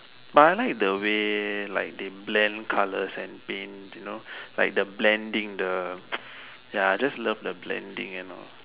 but I like the way like they blend colors and paint you know like the blending ya I just love the blending you know